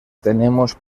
tenemos